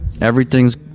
everything's